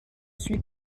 suis